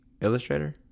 illustrator